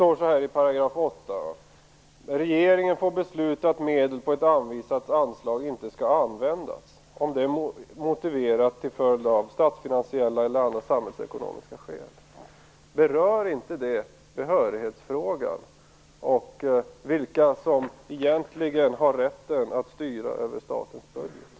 I 8 § står det: "Regeringen får besluta att medel på ett anvisat anslag inte skall användas, om detta är motiverat till följd av - statsfinansiella eller andra samhällsekonomiska skäl." Berör inte det behörighetsfrågan och vilka som egentligen har rätten att styra över statens budget?